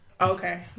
okay